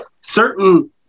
certain